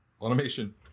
Automation